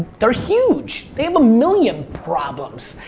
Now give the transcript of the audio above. they're huge. they have a million problems.